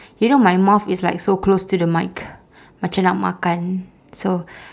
you know my mouth is like so close to the mic macam nak makan so